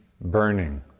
burning